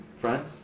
friends